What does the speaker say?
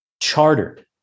chartered